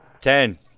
Ten